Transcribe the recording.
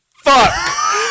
Fuck